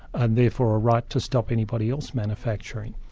and therefore a right to stop anybody else manufacturing.